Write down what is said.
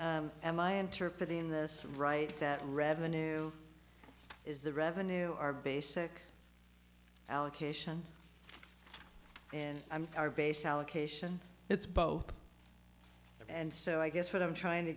am i interpreting this right that revenue is the revenue our basic allocation and our base allocation it's both and so i guess what i'm trying to